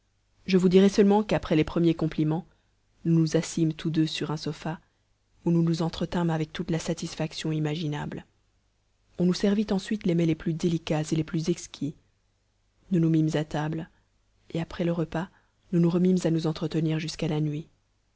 je vous dirai seulement qu'après les premiers compliments nous nous assîmes tous deux sur un sofa où nous nous entretînmes avec toute la satisfaction imaginable on nous servit ensuite les mets les plus délicats et les plus exquis nous nous mîmes à table et après le repas nous nous remîmes à nous entretenir jusqu'à la nuit